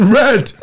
red